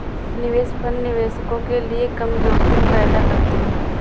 निवेश फंड निवेशकों के लिए कम जोखिम पैदा करते हैं